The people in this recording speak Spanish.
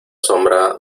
sombra